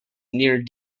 near